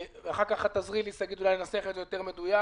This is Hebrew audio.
אבל מיקי, אפשר לקיים על זה דיון אחר כך.